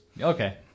Okay